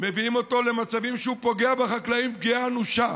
מביאים אותו למצבים שהוא פוגע בחקלאים פגיעה אנושה.